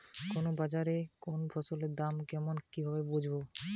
কোন বাজারে কোন ফসলের দাম কেমন কি ভাবে বুঝব?